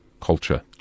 culture